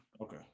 Okay